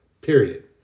period